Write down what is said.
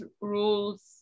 rules